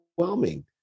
overwhelming